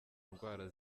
ndwara